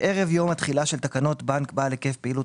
"ערב יום התחילה של תקנות בנק בעל היקף פעילות